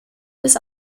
des